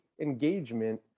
engagement